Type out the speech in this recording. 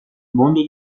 mondo